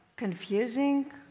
Confusing